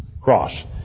Cross